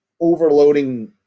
overloading